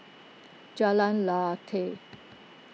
Jalan Lateh